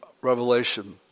Revelation